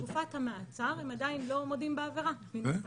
בתקופת המעצר הם עדיין לא מודים בעבירה מן הסתם,